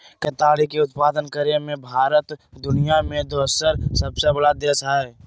केताड़ी के उत्पादन करे मे भारत दुनिया मे दोसर सबसे बड़ा देश हय